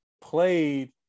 played